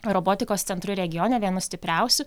robotikos centru regione vienu stipriausių